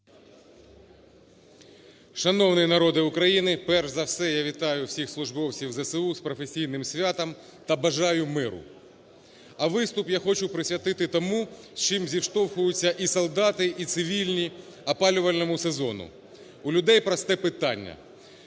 Шановний народе України, перш за все я вітаю всіх службовців ЗСУ з професійним святом та бажаю миру. А виступ я хочу присвятити тому, з чим зіштовхуються і солдати, і цивільні – опалювальному сезону. У людей просте питання: